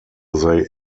they